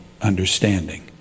understanding